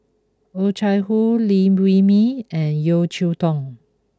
Oh Chai Hoo Liew Wee Mee and Yeo Cheow Tong